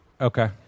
Okay